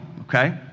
okay